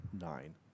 nine